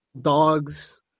dogs